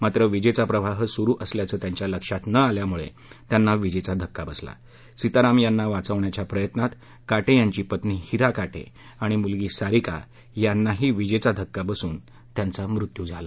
मात्र वीजेचा प्रवाह सुरु असल्याचं लक्षात न आल्यामुळे सीताराम यांना वीजेचा धक्का बसला सीताराम यांना वाचवण्याच्या प्रयत्नात काटे यांची पत्नी हिरा काटे आणि मुलगी सारिका काटे यांनाही वीजेचा धक्का बसून त्यांचा मृत्यू झाला